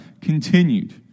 continued